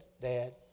Dad